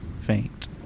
faint